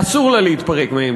אסור לה להתפרק מהם.